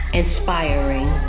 inspiring